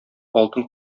алтын